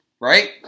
right